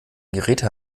geräte